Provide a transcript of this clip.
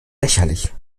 lächerlich